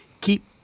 keep